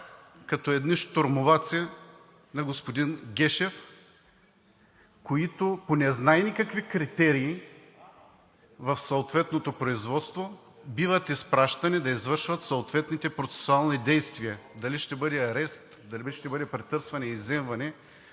като едни щурмоваци на господин Гешев, които по незнайно какви критерии в съответното производство биват изпращани да извършват съответните процесуални действия – дали ще бъде арест, дали ще бъде претърсване и изземване,